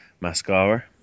Mascara